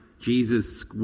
Jesus